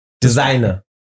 Designer